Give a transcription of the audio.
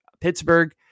Pittsburgh